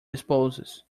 disposes